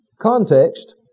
context